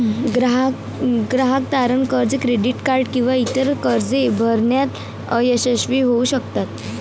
ग्राहक तारण कर्ज, क्रेडिट कार्ड किंवा इतर कर्जे भरण्यात अयशस्वी होऊ शकतात